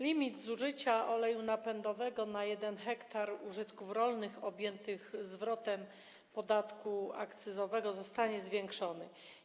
Limit zużycia oleju napędowego na 1 ha użytków rolnych objętych zwrotem podatku akcyzowego zostanie zwiększony.